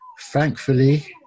Thankfully